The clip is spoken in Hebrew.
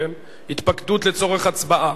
התפקדות לצורך הצבעה,